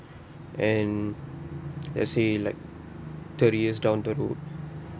and let's say like thirty years down the road